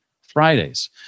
Fridays